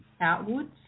outwards